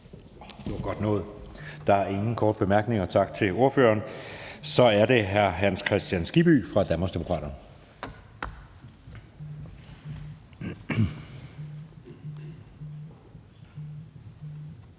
Det var godt nået! Der er ingen korte bemærkninger, så vi siger tak til ordføreren. Så er det hr. Hans Kristian Skibby fra Danmarksdemokraterne. Kl.